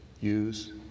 use